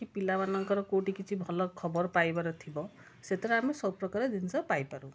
କି ପିଲାମାନଙ୍କର କେଉଁଠି କିଛି ଭଲ ଖବର ପାଇବାର ଥିବ ସେଥିରେ ଆମେ ସବୁପ୍ରକାର ଜିନିଷ ପାଇପାରୁ